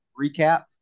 recap